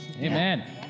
Amen